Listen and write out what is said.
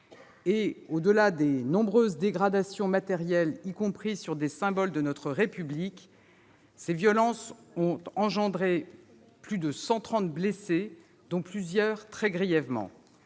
Et, au-delà des nombreuses dégradations matérielles, qui ont touché y compris des symboles de notre République, ces violences ont engendré plus de 130 blessés, dont plusieurs très grièvement.